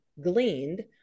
gleaned